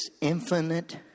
infinite